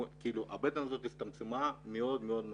הבטן הזאת הצטמצמה מאוד מאוד משמעותית.